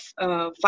five